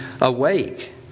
awake